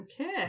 Okay